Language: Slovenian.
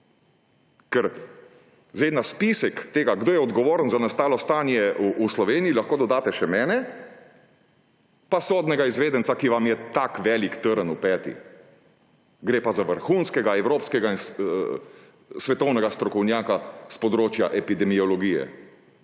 Zdaj na spisek tega, kdo je odgovoren za nastalo stanje v Sloveniji, lahko dodate še mene, pa sodnega izvedenca, ki vam je tak velik trn v peti, gre pa za vrhunskega evropskega in svetovnega strokovnjaka s področja epidemiologije,